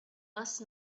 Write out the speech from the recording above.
must